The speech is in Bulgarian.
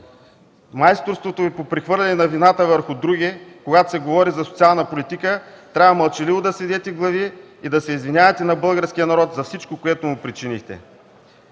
майсторството Ви по прехвърляне на вината върху други, когато се говори за социална политика, трябва мълчаливо да сведете глави и да се извинявате на българския народ за всичко, което му причинихте.